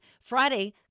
Friday